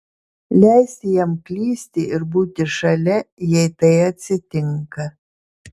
leisti jam klysti ir būti šalia jei tai atsitinka